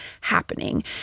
happening